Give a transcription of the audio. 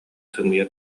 сымыйа